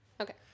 Okay